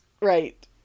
Right